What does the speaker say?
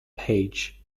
page